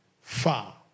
far